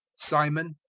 simon,